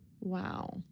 wow